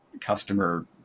customer